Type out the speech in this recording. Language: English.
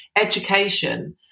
education